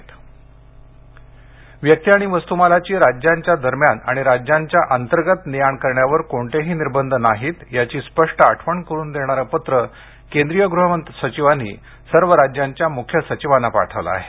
आंतर राज्य अनलॉक व्यक्ति आणि वस्तूमालाची राज्यांच्या दरम्यान आणि राज्यांच्या अंतर्गत ने आण करण्यावर कोणतेही निर्बंध नाहीत याची स्पष्ट आठवण करुन देणारं पत्र केंद्रीय गृह सचिवांनी सर्व राज्यांच्या मुख्य सचिवांना पाठवलं आहे